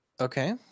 Okay